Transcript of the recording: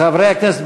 חברי הכנסת,